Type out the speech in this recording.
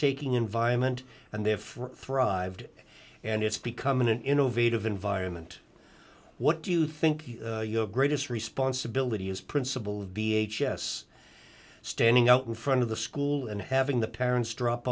taking environment and therefore thrived and it's become an innovative environment what do you think your greatest responsibility is principal v h s standing out in front of the school and having the parents drop